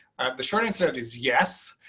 the short answer and is yes.